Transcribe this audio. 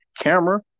camera